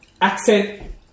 Accent